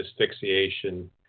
asphyxiation